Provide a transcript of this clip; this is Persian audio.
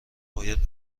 باید